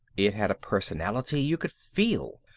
it had a personality you could feel,